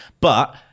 But-